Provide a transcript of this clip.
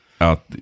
out